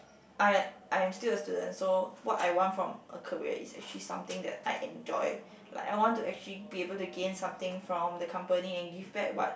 I I am still a student so what I want from a career is actually something that I enjoy like I want to actually be able to gain something from the company and give back what